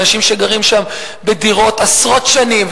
אנשים שגרים שם בדירות עשרות שנים.